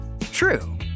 True